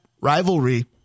rivalry